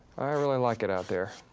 i really like it out there.